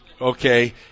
Okay